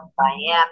miami